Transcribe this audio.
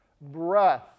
breath